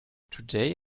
today